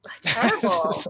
terrible